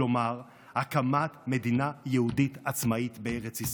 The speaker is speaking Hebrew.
כלומר הקמת מדינה יהודית עצמאית בארץ ישראל.